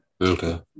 okay